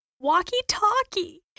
Walkie-talkie